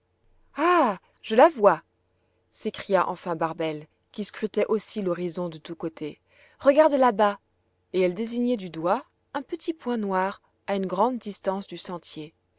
ah je la vois s'écria enfin barbel qui scrutait aussi l'horizon de tous côtés regarde là-bas et elle désignait du doigt un petit point noir à une grande distance du sentier